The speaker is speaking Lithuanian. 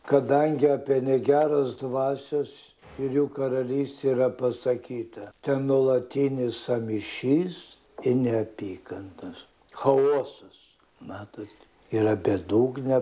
kadangi apie negeras dvasias ir jų karalystę yra pasakyta ten nuolatinis sąmyšis ir neapykantos chaosas matot yra bedugnė